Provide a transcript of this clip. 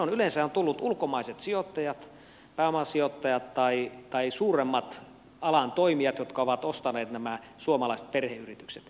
silloin yleensä ovat tulleet ulkomaiset sijoittajat pääomasijoittajat tai suuremmat alan toimijat jotka ovat ostaneet nämä suomalaiset perheyritykset